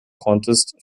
contest